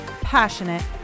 passionate